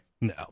No